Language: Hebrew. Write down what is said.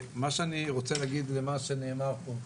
מה שאני רוצה להגיד למה שנאמר פה,